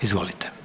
Izvolite.